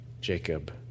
Jacob